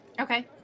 Okay